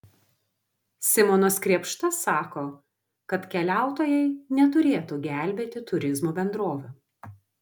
simonas krėpšta sako kad keliautojai neturėtų gelbėti turizmo bendrovių